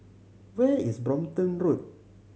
where is Brompton Road